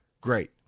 great